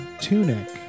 tunic